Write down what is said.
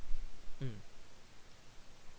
mm